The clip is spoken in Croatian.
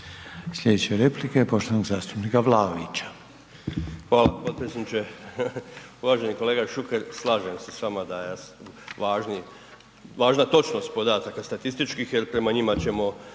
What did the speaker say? Slijedeća replika je poštovanog zastupnika Vlaovića.